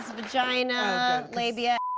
vagina, labia, a.